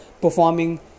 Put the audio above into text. performing